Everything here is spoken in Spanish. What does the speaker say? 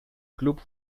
club